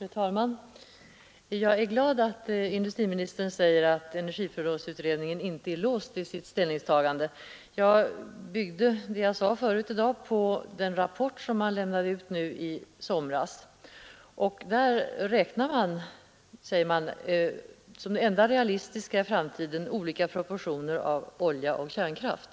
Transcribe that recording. Fru talman! Jag är glad över att energiprognosutredningen enligt vad industriministern säger inte är låst vid sitt ställningstagande. Jag byggde det jag sade tidigare i dag på den rapport man lämnade i somras. Där räknar man med som det enda realistiska för framtiden olika proportioner av olja och kärnkraft.